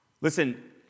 Listen